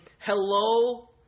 hello